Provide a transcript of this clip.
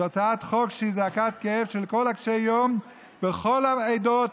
זאת הצעת חוק שהיא זעקת כאב של כל קשי היום בכל העדות,